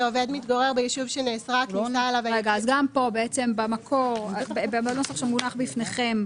גם פה, בנוסח שמונח בפניכם,